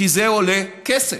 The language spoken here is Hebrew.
כי זה עולה כסף.